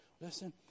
listen